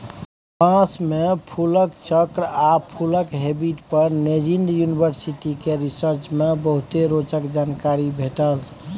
बाँस मे फुलक चक्र आ फुलक हैबिट पर नैजिंड युनिवर्सिटी केर रिसर्च मे बहुते रोचक जानकारी भेटल